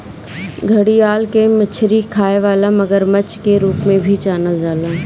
घड़ियाल के मछरी खाए वाला मगरमच्छ के रूप में भी जानल जाला